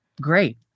Great